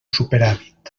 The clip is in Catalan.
superàvit